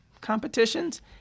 competitions